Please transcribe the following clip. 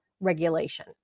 regulation